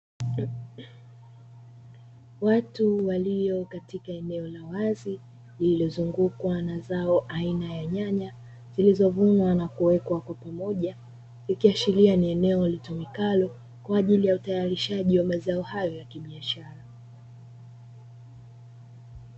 Watu walio katika eneo la wazi lililozungukwa na zao aina ya nyanya zilizovunwa na kuwekwa kwa pamoja, ikiashiria ni eneo litumikalo kwa ajili ya utayarishaji wa mazao hayo ya kibiashara.